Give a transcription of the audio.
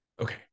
okay